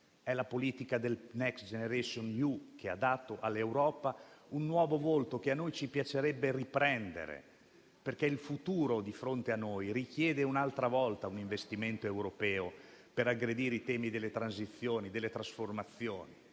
È la politica del Next generation EU, che ha dato all'Europa un nuovo volto che a noi piacerebbe riprendere. Il futuro di fronte a noi richiede infatti un'altra volta un investimento europeo per aggredire i temi delle transizioni e delle trasformazioni,